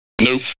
Nope